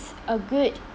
a good